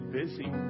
busy